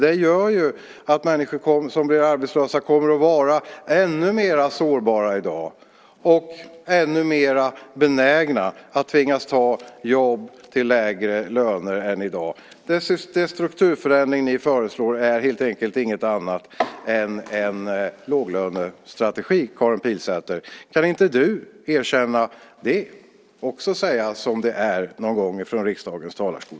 Det gör att människor som blir arbetslösa kommer att vara ännu mer sårbara än i dag och ännu mer benägna och tvungna att ta jobb till lägre löner än i dag. Den strukturförändring ni föreslår är helt enkelt inget annat än en låglönestrategi, Karin Pilsäter. Kan inte du erkänna det och också säga som det är någon gång från riksdagens talarstol?